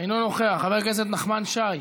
אינו נוכח, חבר הכנסת נחמן שי,